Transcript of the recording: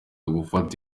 gufata